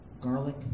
garlic